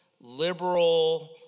liberal